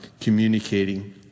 communicating